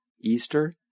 Easter